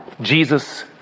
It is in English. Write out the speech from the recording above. Jesus